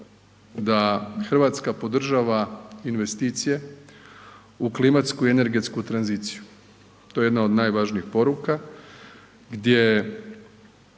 da RH podržava investicije u klimatsku energetsku tranziciju, to je jedna od najvažnijih poruka gdje